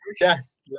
Yes